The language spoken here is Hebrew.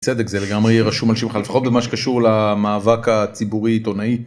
צדק זה לגמרי יהיה רשום על שמך, לפחות במה שקשור למאבק הציבורי-עיתונאי.